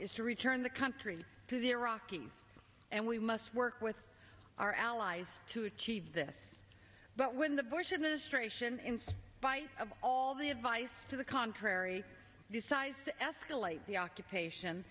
is to return the country to the iraqis and we must work with our allies to achieve this but when the bush administration in spite of all the advice to the contrary decides to escalate the occupation